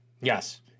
Yes